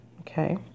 Okay